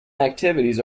activities